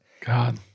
God